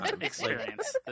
Experience